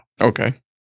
Okay